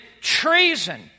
treason